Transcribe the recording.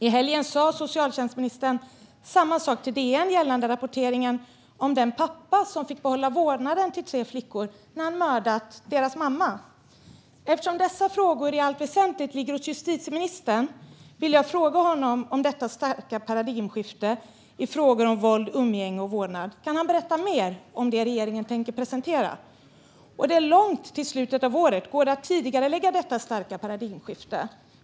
I helgen sa socialtjänstministern samma sak till DN gällande rapporteringen om den pappa som fick behålla vårdnaden om tre flickor efter att han mördat deras mamma. Eftersom dessa frågor i allt väsentligt ligger hos justitieministern vill jag fråga honom om det starka paradigmskiftet i frågor om våld, umgänge och vårdnad. Kan han berätta mer om det som regeringen tänker presentera? Det är långt till slutet av året. Går det att tidigarelägga detta starka paradigmskifte?